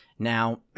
Now